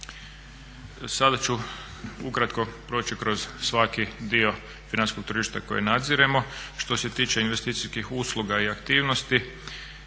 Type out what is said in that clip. Sada ću ukratko proći kroz svaki dio financijskog tržišta koje nadziremo. Što se tiče investicijskih usluga i aktivnosti